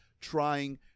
trying –